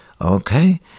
okay